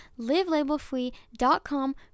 livelabelfree.com